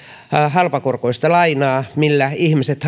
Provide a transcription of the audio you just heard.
halpakorkoista lainaa millä ihmiset